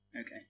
Okay